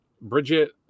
Bridget